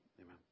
amen